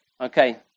Okay